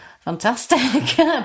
Fantastic